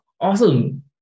Awesome